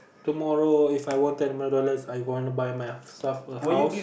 tomorrow If I won ten more dollars I gonna buy my stuff from my house